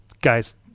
Guys